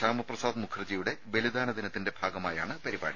ശ്യാമപ്രസാദ് മുഖർജിയുടെ ബലിദാന ദിനത്തിന്റെ ഭാഗമായാണ് പരിപാടി